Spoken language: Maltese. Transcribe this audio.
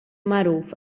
magħruf